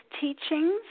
teachings